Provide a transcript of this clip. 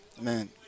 Man